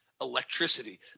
electricity